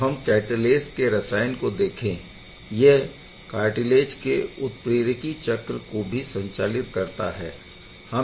अब हम कैटालेस के रसायन को देखे यह कार्टिलेज के उत्प्रेरकी चक्र को भी संचालित करता है